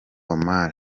omar